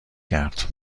کرد